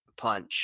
punch